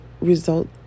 result